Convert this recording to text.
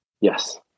Yes